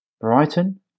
Brighton